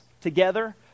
together